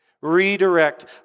Redirect